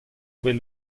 bet